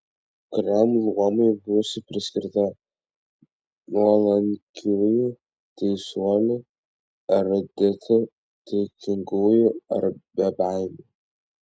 kuriam luomui būsiu priskirta nuolankiųjų teisuolių eruditų taikingųjų ar bebaimių